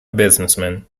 businessman